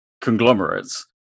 conglomerates